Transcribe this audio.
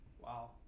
Wow